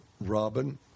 Robin